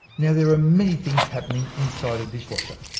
now there are many things happening inside a dishwater.